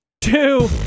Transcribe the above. Two